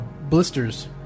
blisters